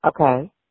Okay